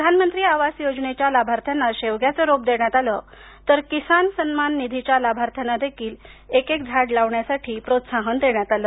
प्रधानमंत्री आवास योजनेच्या लाभार्थ्यांना शेवग्याचे रोपं देण्यात आलं तर किसान सम्मान निधीच्या लाभार्थ्यांना देखील एकेक झाड लावण्यासाठी प्रोत्साहन देण्यात आलं